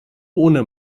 ohne